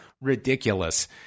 ridiculous